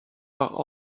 par